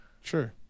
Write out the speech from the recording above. Sure